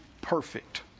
perfect